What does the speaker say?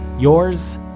yours,